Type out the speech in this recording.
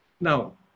Now